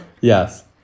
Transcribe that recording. Yes